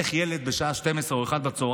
איך ילד בשעה 12:00 או 13:00,